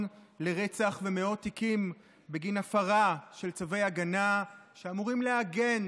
לרצח ומאות תיקים בגין הפרה של צווי הגנה שאמורים להגן